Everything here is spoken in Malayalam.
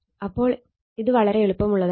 അപ്പോൾ ഇത് വളരെ എളുപ്പമുള്ളതാണ്